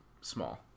small